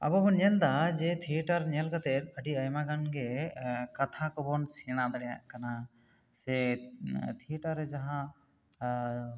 ᱟᱵᱚ ᱵᱚᱱ ᱧᱮᱞ ᱮᱫᱟ ᱡᱮ ᱛᱷᱤᱭᱮᱴᱟᱨ ᱧᱮᱞ ᱠᱟᱛᱮᱜ ᱟᱹᱰᱤ ᱟᱭᱢᱟ ᱜᱟᱱ ᱜᱮ ᱠᱟᱛᱷᱟ ᱠᱚᱵᱚᱱ ᱥᱮᱬᱟ ᱫᱟᱲᱮᱭᱟᱜ ᱠᱟᱱᱟ ᱥᱮ ᱛᱷᱤᱭᱮᱴᱟᱨ ᱨᱮ ᱡᱟᱦᱟᱸ